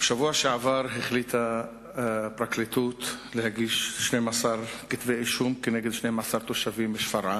בשבוע שעבר החליטה הפרקליטות להגיש 12 כתבי אישום נגד 12 תושבים משפרעם,